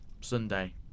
Sunday